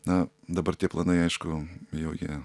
na dabar tie planai aišku jau jie